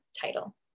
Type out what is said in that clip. title